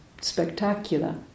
spectacular